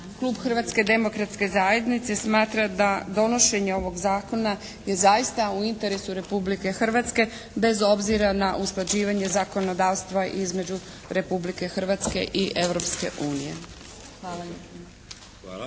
Klub Hrvatske demokratske zajednice smatra da donošenje ovog Zakona je zaista u interesu Republike Hrvatske bez obzira na usklađivanje zakonodavstva između Republike Hrvatske i Europske unije. Hvala